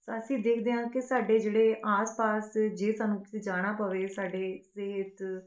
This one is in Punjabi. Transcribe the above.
ਅਸੀ ਦੇਖਦੇ ਹਾਂ ਕਿ ਸਾਡੇ ਜਿਹੜੇ ਆਸ ਪਾਸ ਜੇ ਸਾਨੂੰ ਕੀਤੇ ਜਾਣਾ ਪਵੇ ਸਾਡੇ ਸਿਹਤ